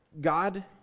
God